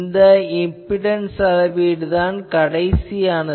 இந்த இம்பிடன்ஸ் அளவீடுதான் கடைசியானது